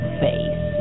face